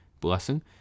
blessing